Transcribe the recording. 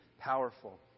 powerful